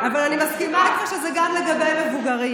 אבל אני מסכימה איתך שזה גם לגבי מבוגרים.